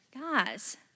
guys